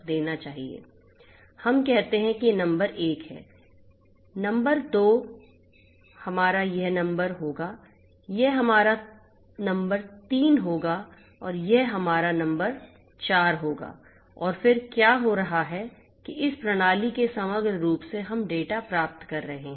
हम कहते हैं कि यह नंबर 1 है यह हमारा नंबर 2 होगा यह हमारा नंबर 3 होगा यह हमारा नंबर 4 होगा और फिर क्या हो रहा है कि इस प्रणाली से समग्र रूप से हम डेटा प्राप्त कर रहे हैं